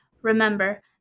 Remember